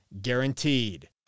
guaranteed